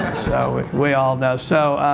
so we all know. so